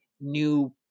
new